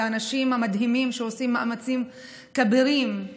האנשים המדהימים שעושים מאמצים כבירים,